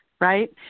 right